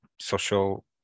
social